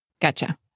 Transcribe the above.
Gotcha